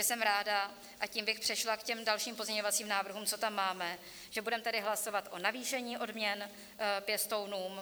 Jsem ráda a tím bych přešla k těm dalším pozměňovacím návrhům, co tam máme že budeme tedy hlasovat o navýšení odměn pěstounům.